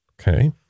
Okay